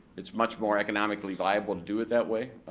it's much more economically viable to do it that way.